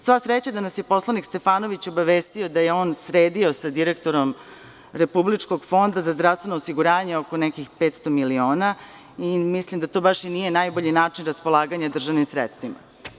Sva sreća da nas je poslanik Stefanović obavestio da je on sredio sa direktorom Republičkog fonda za zdravstveno osiguranje oko nekih 500 miliona i mislim da to i nije baš najbolji način raspolaganja državnim sredstvima.